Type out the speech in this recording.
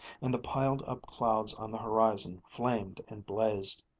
and the piled-up clouds on the horizon flamed and blazed.